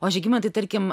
o žygimantai tarkim